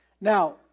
Now